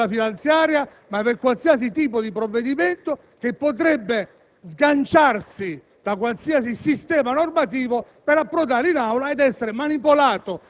un precedente esplosivo, non solo per la finanziaria, ma per qualsiasi tipo di provvedimento, che potrebbe sganciarsi da qualsiasi sistema normativo